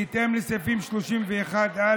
בהתאם לסעיפים 31(א)